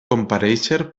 comparèixer